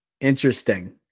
Interesting